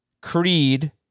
Creed